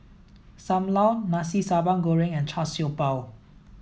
Sam Lau Nasi Sambal Goreng and Char Siew Bao